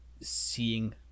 seeing